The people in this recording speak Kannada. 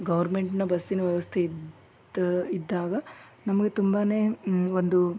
ಗವರ್ಮೆಂಟ್ನ ಬಸ್ಸಿನ ವ್ಯವಸ್ಥೆ ಇದ್ ಇದ್ದಾಗ ನಮಗೆ ತುಂಬಾ ಒಂದು